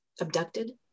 abducted